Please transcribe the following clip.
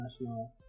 national